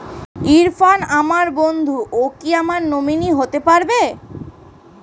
ইরফান আমার বন্ধু ও কি আমার নমিনি হতে পারবে?